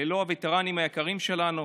ללא הווטרנים היקרים שלנו,